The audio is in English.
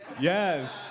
Yes